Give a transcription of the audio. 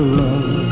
love